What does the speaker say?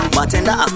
Bartender